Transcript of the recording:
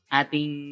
ating